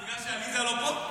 זה בגלל שעליזה לא פה?